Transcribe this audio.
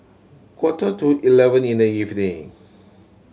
quarter to eleven in the evening